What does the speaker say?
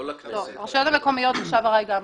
לרשויות המקומיות תושב ארעי מצביע.